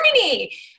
Germany